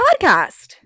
podcast